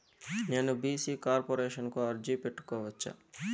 నేను BC corporation కు అర్జీ పెట్టుకోవచ్చా?